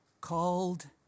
called